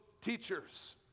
teachers